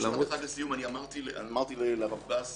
אני רוצה לומר משפט אחד לסיום: אמרתי לרב בס בדרך: